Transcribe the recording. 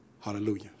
Hallelujah